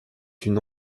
une